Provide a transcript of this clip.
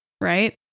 right